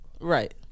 Right